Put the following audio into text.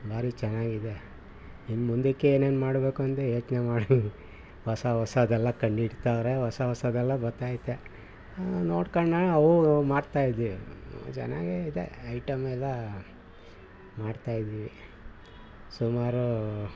ಭಾರಿ ಚೆನ್ನಾಗಿದೆ ಇನ್ನು ಮುಂದಕ್ಕೆ ಏನೇನು ಮಾಡಬೇಕು ಅಂತ ಯೋಚನೆ ಮಾಡಿ ಹೊಸ ಹೊಸಾದೆಲ್ಲ ಕಂಡಿಡಿತವರೆ ಹೊಸ ಹೊಸದೆಲ್ಲ ಬರ್ತ ಐತೆ ನೋಡ್ಕಂಡು ನಾ ಅವು ಇವು ಮಾಡ್ತಾಯಿದ್ದೀವಿ ಚೆನ್ನಾಗೇ ಇದೆ ಐಟಮ್ಮೆಲ್ಲ ಮಾಡ್ತಾಯಿದ್ದೀವಿ ಸುಮಾರು